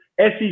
SEC